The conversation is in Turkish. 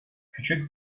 küçük